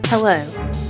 Hello